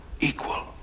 equal